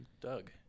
Doug